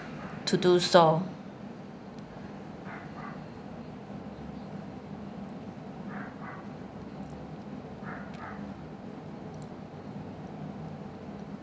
to do so